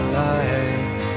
life